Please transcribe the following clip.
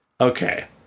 Okay